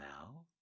now